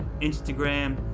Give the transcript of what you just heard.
Instagram